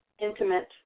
intimate